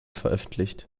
veröffentlicht